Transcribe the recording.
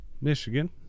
Michigan